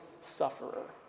sufferer